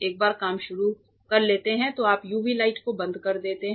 एक बार काम शुरू कर लेते हैं तो आप यूवी लाइट को बंद कर देते हैं